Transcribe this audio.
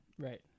Right